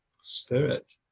spirit